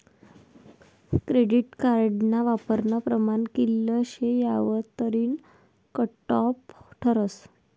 credit कार्डना वापरानं प्रमाण कित्ल शे यावरतीन कटॉप ठरस